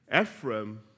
Ephraim